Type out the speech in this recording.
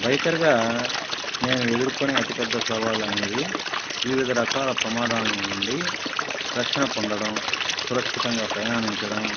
బైకర్గా నేను ఎదుర్కొనే అతిపెద్ద సవాలు అనేవి వివిధ రకాల ప్రమాదాల నుండి రక్షణ పొందడం సురక్షితంగా ప్రయాణించడం